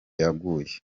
yaguye